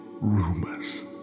rumors